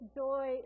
joy